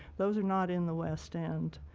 those are not in the west end.